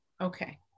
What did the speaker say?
okay